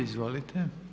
Izvolite.